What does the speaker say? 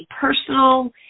personal